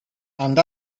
and